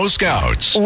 Scouts